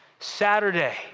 Saturday